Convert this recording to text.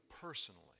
personally